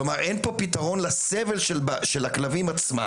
כלומר, אין פה פיתרון לסבל של הכלבים עצמם.